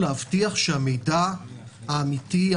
להבטיח שהמידע האמיתי,